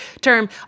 term